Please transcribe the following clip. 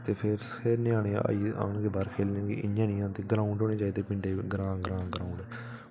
ते फिर फिर ञ्यानें आइये औन गे बाह्र खेल्लने गी इं'या निं आंदे ग्राऊंड होने चाहिदे पिंडे ग्रां ग्रां ग्राउंड